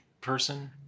person